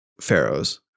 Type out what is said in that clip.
pharaohs